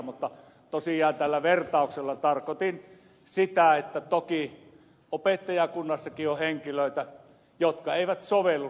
mutta tosiaan tällä vertauksella tarkoitin sitä että toki opettajakunnassakin on henkilöitä jotka eivät sovellu siihen ammattiin